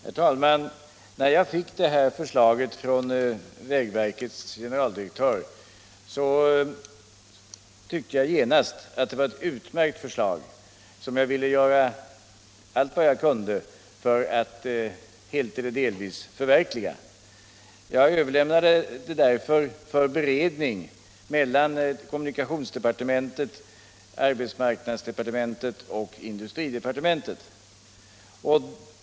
Herr talman! När jag fick det här förslaget från vägverkets generaldirektör tyckte jag genast att det var ett utmärkt förslag, som jag ville göra allt jag kunde för att helt eller delvis förverkliga. Jag överlämnade det för beredning mellan kommunikationsdepartementet, arbetsmarknadsdepartementet och industridepartementet.